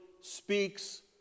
speaks